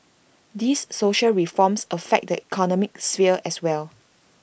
these social reforms affect the economic sphere as well